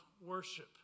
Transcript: worship